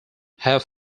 have